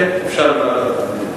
כן, אפשר להעביר לוועדת הפנים.